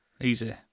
Easy